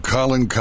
Colin